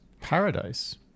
Paradise